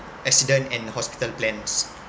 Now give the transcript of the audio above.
accident and hospital plans